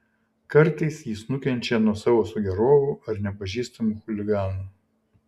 kartais jis nukenčia nuo savo sugėrovų ar nepažįstamų chuliganų